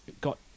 got